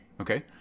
Okay